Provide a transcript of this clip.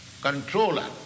controller